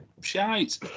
shite